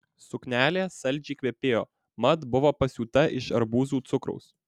suknelė saldžiai kvepėjo mat buvo pasiūta iš arbūzų cukraus